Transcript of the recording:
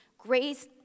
Grace